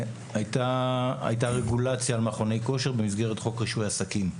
היתה רגולציה על מכוני כושר במסגרת חוק רישוי עסקים.